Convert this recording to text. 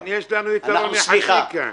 יש לנו יתרון יחסי כאן.